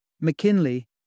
McKinley